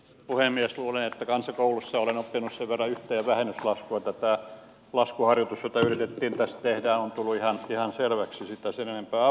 luulen että kansakoulussa olen oppinut sen verran yhteen ja vähennyslaskua että tämä laskuharjoitus jota yritettiin tässä tehdä on tullut ihan selväksi sitä sen enempää avaamatta